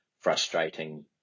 frustrating